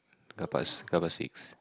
carpark is carpark C